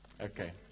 Okay